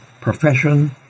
profession